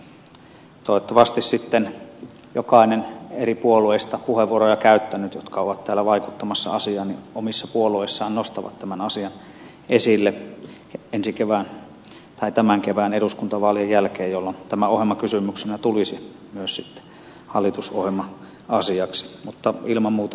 siinä mielessä toivottavasti sitten kaikki eri puolueista puheenvuoroja käyttäneet jotka ovat täällä vaikuttamassa asiaan omissa puolueissaan nostavat tämän asian esille tämän kevään eduskuntavaalien jälkeen jolloin tämä ohjelmakysymyksenä tulisi myös sitten hallitusohjelma asiaksi mutta ilman muut